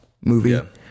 movie